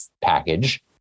package